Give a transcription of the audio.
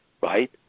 right